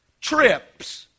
trips